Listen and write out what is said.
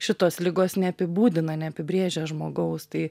šitos ligos neapibūdina neapibrėžia žmogaus tai